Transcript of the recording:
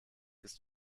ist